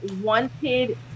wanted